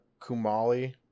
Kumali